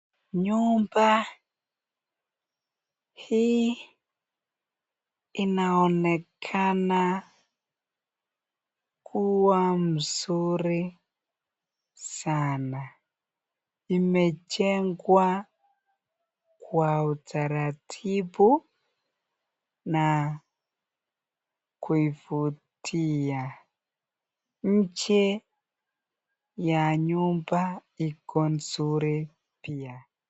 Nyumba hii inaonekana kuwa mzuri sana, imejengwa kwa utaratibu na kuivutia nje ya nyumba iko nzuri pia.